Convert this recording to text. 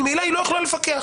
ממילא היא לא יכלה לפקח.